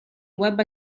web